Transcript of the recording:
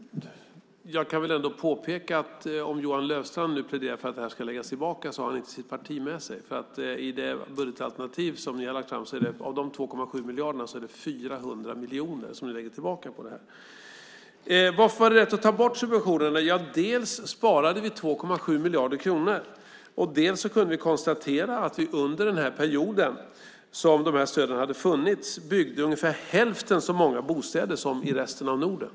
Jag kan väl påpeka att om Johan Löfstrand nu pläderar för att det ska läggas tillbaka har han inte sitt parti med sig, för i det budgetalternativ som ni har lagt fram är det 400 miljoner av de 2,7 miljarderna som ni lägger tillbaka på det här. Varför var det rätt att ta bort subventionerna? Jo, dels sparade vi 2,7 miljarder kronor, dels byggdes det under den period som de här stöden fanns ungefär hälften så många bostäder i Sverige som i resten av Norden.